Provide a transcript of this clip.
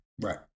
Right